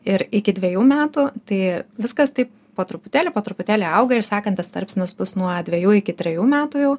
ir iki dvejų metų tai viskas taip po truputėlį po truputėlį auga ir sekantis tarpsnis bus nuo dvejų iki trejų metų jau